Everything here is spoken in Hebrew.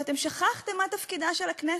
ואתם שכחתם מה תפקידה של הכנסת.